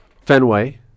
Fenway